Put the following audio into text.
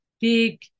big